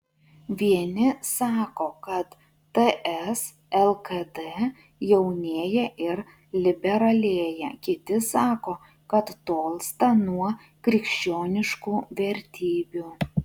vieni sako kad ts lkd jaunėja ir liberalėja kiti sako kad tolsta nuo krikščioniškų vertybių